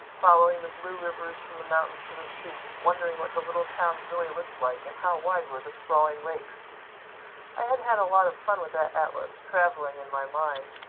following the blue rivers from the mountains to the sea wondering what the little towns really looked like, and how wide were the sprawling lakes! i had had a lot of fun with that atlas, traveling, in my mind,